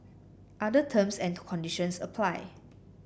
other terms and conditions apply